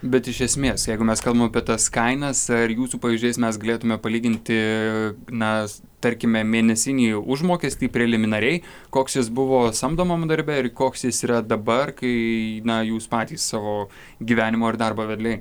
bet iš esmės jeigu mes kalbam apie tas kainas ar jūsų pavyzdžiais mes galėtume palyginti na tarkime mėnesinį užmokestį preliminariai koks jis buvo samdomam darbe ir koks jis yra dabar kai na jūs patys savo gyvenimo ir darbo vedliai